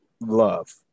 love